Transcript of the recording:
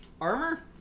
Armor